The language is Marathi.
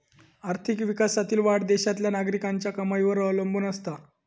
आर्थिक विकासातील वाढ देशातल्या नागरिकांच्या कमाईवर अवलंबून असता